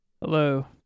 Hello